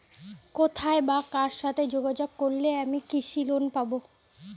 কোথায় বা কার সাথে যোগাযোগ করলে আমি কৃষি লোন পাব?